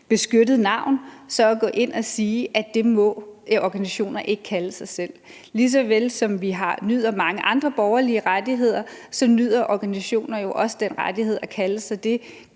beskyttet navn, at gå ind og sige, at det må organisationer ikke kalde sig. Lige så vel som vi nyder mange andre borgerlige rettigheder, nyder organisationer jo også den rettighed at kalde sig det,